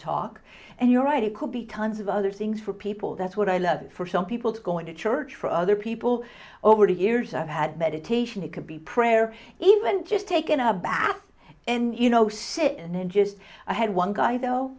talk and you're right it could be tons of other things for people that's what i love for some people going to church for other people over the years i've had meditation it could be prayer even just taken a bath and you know sit and then just i had one guy though